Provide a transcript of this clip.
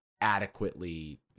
adequately